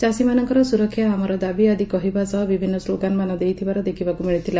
ଚାଷୀ ମାନଙ୍କର ସୁରକ୍ଷା ଆମର ଦାବି ଆଦି କହିବା ସହ ବିଭିନ୍ନ ସ୍କୋଗାନ ମାନ ଦେଇଥିବାର ଦେଖିବାକୁ ମିଳିଥିଲା